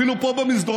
אפילו פה במסדרונות,